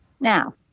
Now